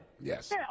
Yes